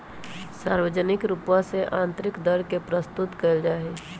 सार्वजनिक रूपवा से आन्तरिक दर के प्रस्तुत कइल जाहई